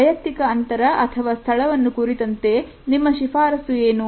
ವೈಯಕ್ತಿಕ ಅಂತರ ಅಥವಾ ಸ್ಥಳವನ್ನು ಕುರಿತಂತೆ ನಿಮ್ಮ ಶಿಫಾರಸ್ಸು ಏನು